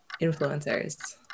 Influencers